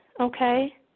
okay